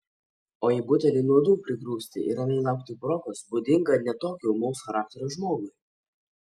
o į butelį nuodų prigrūsti ir ramiai laukti progos būdinga ne tokio ūmaus charakterio žmogui